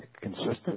consistent